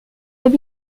deux